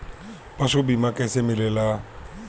पशु बीमा कैसे मिलेला?